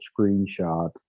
screenshot